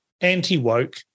anti-woke